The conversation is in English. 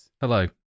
Hello